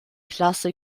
klasse